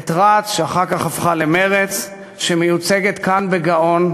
את רצ, שאחר כך הפכה למרצ, שמיוצגת כאן בגאון,